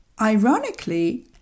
ironically